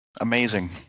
Amazing